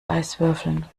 eiswürfeln